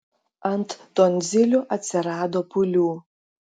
ant tonzilių atsirado pūlių